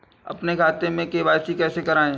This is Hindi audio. अपने खाते में के.वाई.सी कैसे कराएँ?